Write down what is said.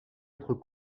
autre